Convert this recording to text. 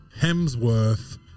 Hemsworth